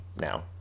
now